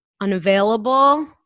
unavailable